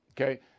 okay